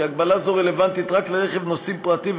הגבלה זו רלוונטית רק לרכב נוסעים פרטי,